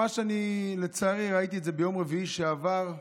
מה שאני לצערי ראיתי ביום רביעי שעבר,